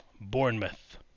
Bournemouth